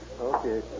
Okay